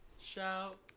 Shout